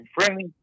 friendly